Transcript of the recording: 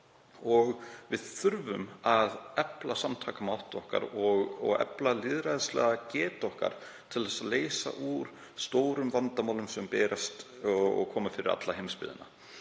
og við þurfum að efla samtakamátt okkar og efla lýðræðislega getu okkar til að leysa úr stórum vandamálum sem ná yfir alla heimsbyggðina.